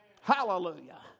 Hallelujah